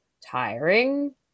tiring